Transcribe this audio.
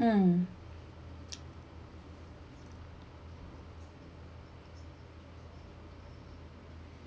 um